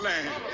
Land